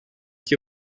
que